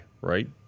right